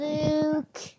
Luke